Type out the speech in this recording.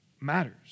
matters